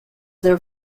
their